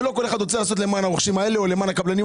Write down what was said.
שלא כל אחד רוצה לעשות למען הרוכשים האלה או למען הקבלנים האלה.